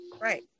Right